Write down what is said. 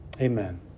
Amen